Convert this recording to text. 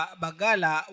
bagala